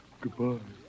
Goodbye